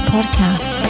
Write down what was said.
Podcast